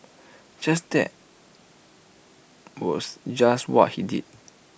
just that was just what he did